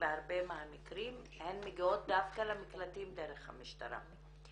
שבהרבה מהמקרים הן מגיעות דווקא למקלטים דרך המשטרה.